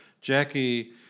Jackie